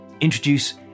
Introduce